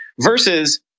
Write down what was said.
versus